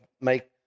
make